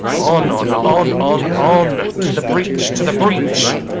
on, on, on, on, on, to the breach, to the breach